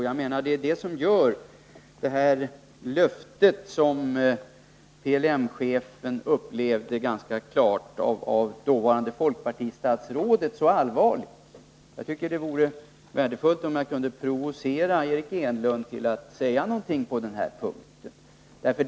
Jag menar att det är det som gör vad PLM-chefen upplevde som ett löfte av det dåvarande folkpartistatsrådet så allvarligt. Det vore värdefullt, om jag kunde provocera Eric Enlund till att säga någonting på denna punkt.